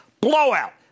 Blowout